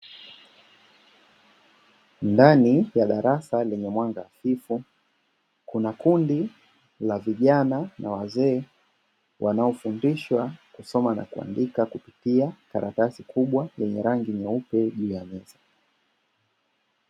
Ndani ya darasa lenye mwanga hafifu kuna kundi la vijana na wazee wanaofundishwa kusoma na kuandika kupitia karatasi kubwa yenye rangi nyeupe juu ya meza.